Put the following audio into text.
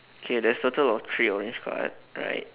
okay there's total of three orange card right